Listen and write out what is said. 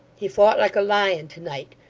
he fought like a lion tonight,